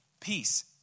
peace